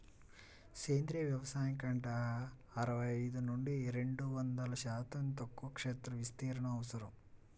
సేంద్రీయ వ్యవసాయం కంటే అరవై ఐదు నుండి రెండు వందల శాతం ఎక్కువ క్షేత్ర విస్తీర్ణం అవసరం